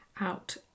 out